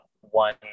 one